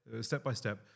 step-by-step